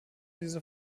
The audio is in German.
diese